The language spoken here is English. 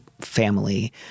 family